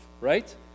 right